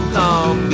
long